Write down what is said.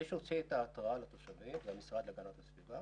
מי שהוציא את ההתרעה לתושבים זה המשרד להגנת הסביבה